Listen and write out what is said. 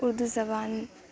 اردو زبان